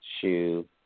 shoe